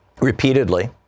repeatedly